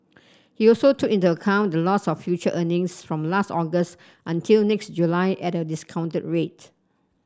he also took into account the loss of future earnings from last August until next July at a discounted rate